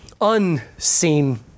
unseen